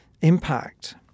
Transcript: impact